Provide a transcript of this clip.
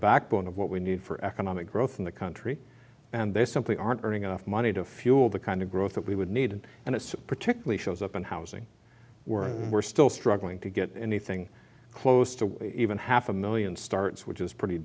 backbone of what we need for economic growth in the country and they simply aren't earning enough money to fuel the kind of growth that we would need and it's particularly shows up in housing we're we're still struggling to get anything close to even half a million starts which is pretty